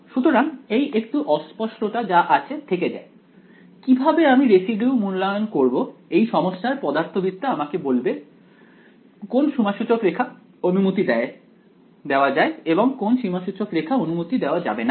সুতরাং এই একটু অস্পষ্টতা যা আছে থেকে যায় কিভাবে আমি রেসিডিউ মূল্যায়ন করব এই সমস্যার পদার্থবিদ্যা আমাকে বলবে কোন সীমাসূচক রেখা অনুমতি দেওয়া যায় এবং কোন সীমাসূচক রেখা অনুমতি দেওয়া যাবে না